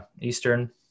Eastern